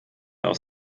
aus